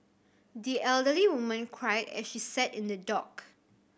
the elderly woman cried as she sat in the dock